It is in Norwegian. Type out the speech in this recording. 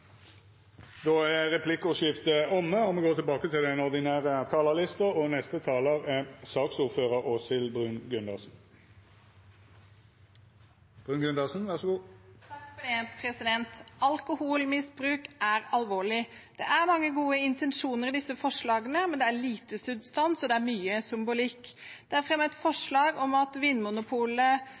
er replikkordskiftet omme. Dei talarane som heretter får ordet, har også ei taletid på inntil 3 minutt. Alkoholmisbruk er alvorlig. Det er mange gode intensjoner i disse forslagene, men det er lite substans, og det er mye symbolikk. Det er fremmet forslag om at Vinmonopolet